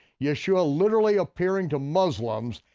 yeshua literally appearing to muslims,